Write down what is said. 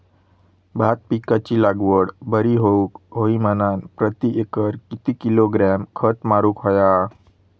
भात पिकाची लागवड बरी होऊक होई म्हणान प्रति एकर किती किलोग्रॅम खत मारुक होया?